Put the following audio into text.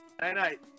Night-night